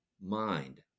mind